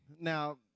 Now